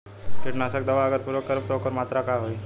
कीटनाशक दवा अगर प्रयोग करब त ओकर मात्रा का होई?